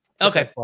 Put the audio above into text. Okay